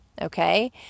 Okay